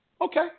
okay